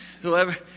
Whoever